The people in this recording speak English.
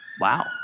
Wow